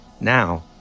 Now